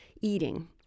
eating